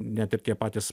net ir tie patys